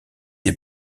des